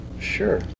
Sure